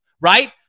right